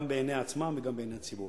גם בעיני עצמה וגם בעיני הציבור.